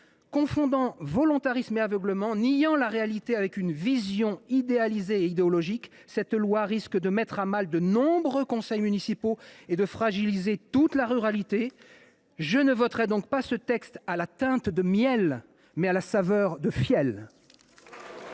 Confondant volontarisme et aveuglement, niant la réalité avec une vision idéalisée et idéologique, cette loi risque de mettre à mal de nombreux conseils municipaux et de fragiliser toute la ruralité. Je ne voterai donc pas ce texte à la teinte de miel, mais à la saveur de fiel.